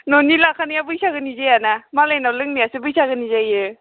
न'नि लाखानाया बैसागोनि जायाना मालायनाव लोंनायासो बैसागोनि जायो